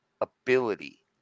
ability